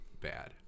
bad